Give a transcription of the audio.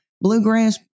bluegrass